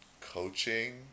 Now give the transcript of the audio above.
coaching